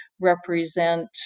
represent